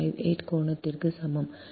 58 கோணத்திற்குச் சமம் மைனஸ் 43